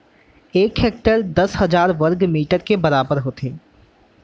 एक हेक्टर दस हजार वर्ग मीटर के बराबर होथे